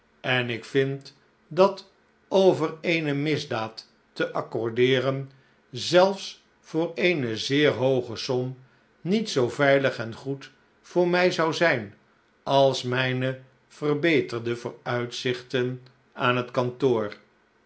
en ik vind dat over eene misdaad te accordeeren zelfs voor eene zeer hooge som niet zoo veilig en goed voor mij zou zijn als mijne verbeterde vooruitzichten aan net kantoor